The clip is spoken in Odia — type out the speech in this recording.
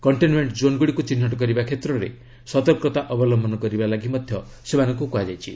କଣ୍ଟେନ୍ମେଣ୍ଟ ଜୋନ୍ ଗୁଡ଼ିକୁ ଚିହ୍ନଟ କରିବା କ୍ଷେତ୍ରରେ ସତର୍କତା ଅବଲମ୍ଘନ କରିବା ପାଇଁ ମଧ୍ୟ ସେମାନଙ୍କୁ କୁହାଯାଇଛି